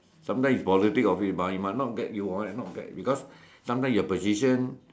sometime in politic it might not get it might not get because sometime your position